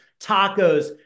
tacos